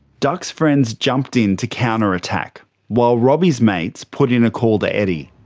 duck's friends jumped in to counter-attack while robbie's mates put in a call to eddie.